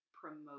promote